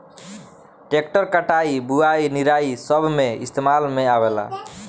tractor कटाई, बुवाई, निराई सब मे इस्तेमाल में आवेला